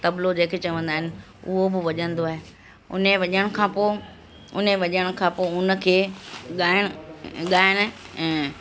तबलो जेके चवंदा आहिनि उहो बि वजंदो आहे उने वजण खां पोइ उन वजण खां पोइ उनखे गायण गायण अ